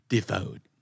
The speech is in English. Devote